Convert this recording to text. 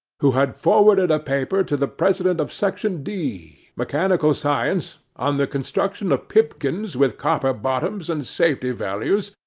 who had forwarded a paper to the president of section d. mechanical science, on the construction of pipkins with copper bottoms and safety-values,